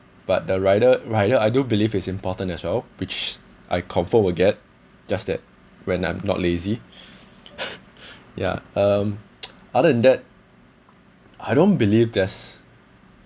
but the rider rider I do believe is important as well which I confirm will get just that when I'm not lazy ya um other than that I don't believe there's